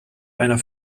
einer